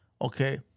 Okay